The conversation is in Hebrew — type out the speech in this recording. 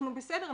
אנחנו בסדר,